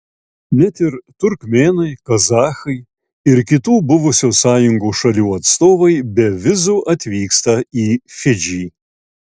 net ir turkmėnai kazachai ir kitų buvusios sąjungos šalių atstovai be vizų atvyksta į fidžį